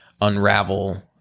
unravel